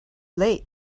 late